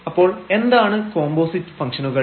അപ്പോൾ എന്താണ് കോമ്പോസിറ്റ് ഫംഗ്ഷനുകൾ